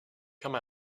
come